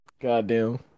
goddamn